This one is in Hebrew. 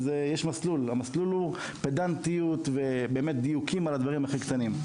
יש מסלול והמסלול הוא באמת פדנטיות ודיוקים בדברים הכי קטנים.